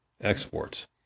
exports